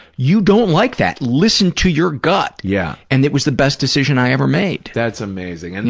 you don't like that. listen to your gut. yeah and it was the best decision i ever made. that's amazing. and